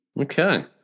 Okay